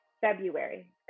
February